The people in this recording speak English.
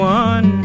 one